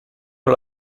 con